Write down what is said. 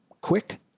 quick